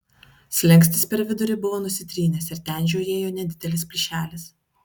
slenkstis per vidurį buvo nusitrynęs ir ten žiojėjo nedidelis plyšelis